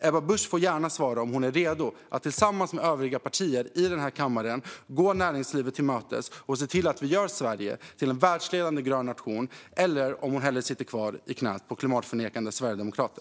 Ebba Busch får gärna svara på om hon är redo att tillsammans med övriga partier i denna kammare gå näringslivet till mötes och se till att vi gör Sverige till en världsledande grön nation eller om hon hellre sitter kvar i knät på klimatförnekande sverigedemokrater.